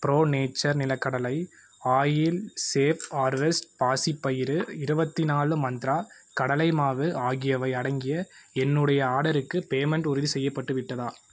bro nature நிலக்கடலை oil safe harvest பாசிப்பயிறு இருபத்தி நாலு மந்த்ரா கடலை மாவு ஆகியவை அடங்கிய என்னுடைய ஆர்டருக்கு பேமெண்ட் உறுதி செய்யப்பட்டுவிட்டதா